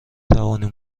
توانیم